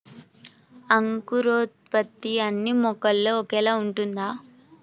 అంకురోత్పత్తి అన్నీ మొక్కల్లో ఒకేలా ఉంటుందా?